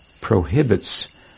prohibits